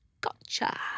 gotcha